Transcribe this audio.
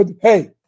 hey